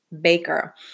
baker